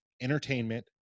entertainment